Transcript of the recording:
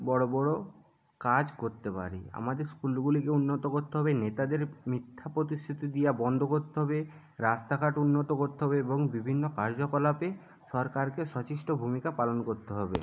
বড়ো বড়ো কাজ করতে পারি আমাদের স্কুলগুলিকে উন্নত করতে হবে নেতাদের মিথ্যা প্রতিশ্রুতি দিয়া বন্ধ করতে হবে রাস্তাঘাট উন্নত করতে হবে এবং বিভিন্ন কার্যকলাপে সরকারকে সচেষ্ট ভূমিকা পালন করতে হবে